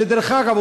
שדרך אגב,